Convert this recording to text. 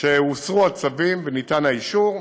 שהוסרו הצווים וניתן האישור,